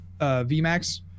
VMAX